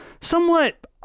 somewhat